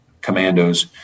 commandos